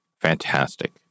fantastic